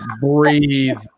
breathe